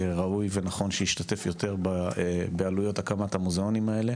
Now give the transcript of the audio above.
ראוי ונכון שישתתף יותר בעלויות הקמת המוזיאונים האלה